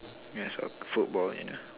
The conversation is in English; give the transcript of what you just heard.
yes football we know